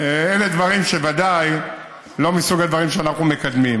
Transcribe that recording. אלה ודאי לא מסוג הדברים שאנחנו מקדמים.